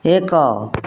ଏକ